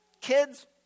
Kids